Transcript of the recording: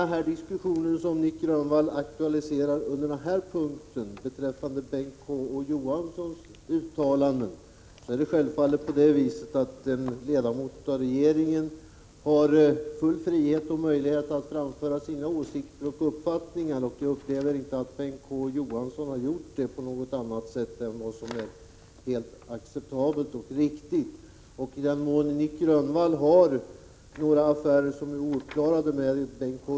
Å. Johanssons uttalanden, som Nic Grönvall aktualiserade under denna punkt, förhåller det sig självfallet så, att en ledamot av regeringen får framföra sina uppfattningar. Enligt min mening har inte Bengt K. Å. Johansson gjort detta på annat sätt än vad som är acceptabelt och riktigt. I den mån Nic Grönvall har någonting ouppklarat med Bengt K.